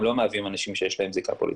הם לא מהווים אנשים שיש להם זיקה פוליטית.